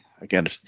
again